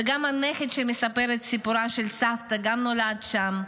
וגם הנכד שמספר את סיפורה של סבתא נולד שם.